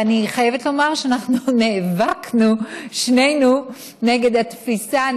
ואני חייבת לומר שאנחנו נאבקנו שנינו נגד התפיסה,